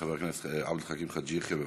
חבר הכנסת עבד אל חכים חאג' יחיא, בבקשה.